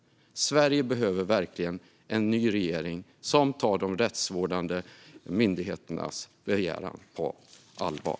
Sverige behöver verkligen en ny regering som tar de rättsvårdande myndigheternas begäran på allvar.